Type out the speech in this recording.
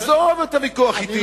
עזוב את הוויכוח אתי.